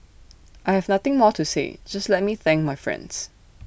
I have nothing more to say just let me thank my friends